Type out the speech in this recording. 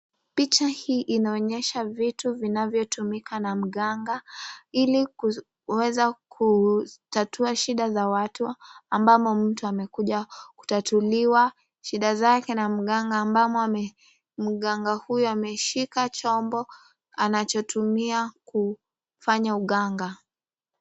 Picha hii inaonyesha vitu vinavyotumika na mganga, ili kuweza kutatua shida za watu, ambamo mtu amekuja kutatuliwa, shida zake na mganga, ambamo ame mganga huyu ameshika chombo anachotumia kufanya uganga.